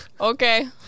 okay